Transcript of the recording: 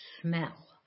smell